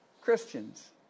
Christians